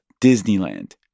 Disneyland